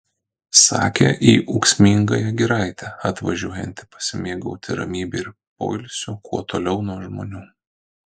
sakė į ūksmingąją giraitę atvažiuojanti pasimėgauti ramybe ir poilsiu kuo toliau nuo žmonių